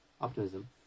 optimism